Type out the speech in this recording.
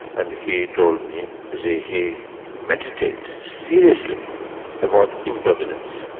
and he told me he he meditating seriously about impermanence.